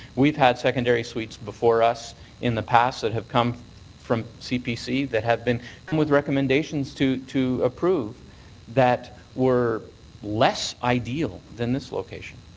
we've had secondary suites before us in the past that have come from cpc that have been come with recommendations to to approve that were less ideal than this location.